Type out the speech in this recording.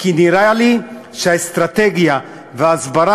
כי נראה לי שהאסטרטגיה וההסברה,